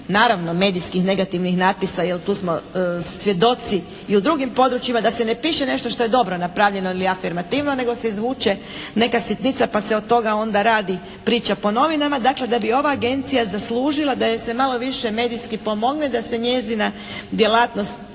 naravno medijskih i negativnih napisa, jer tu smo svjedoci i u drugim područjima da se ne piše nešto što je dobro napravljeno ili afirmativno, nego se izvuče neka sitnica pa se od toga onda radi priča po novinama. Dakle, da bi ova Agencija zaslužila da joj se malo više medijski pomogne, da se njezina djelatnost